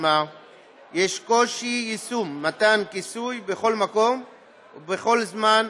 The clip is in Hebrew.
יש קושי יישום מתן כיסוי בכל מקום ובכל זמן,